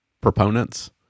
proponents